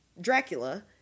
Dracula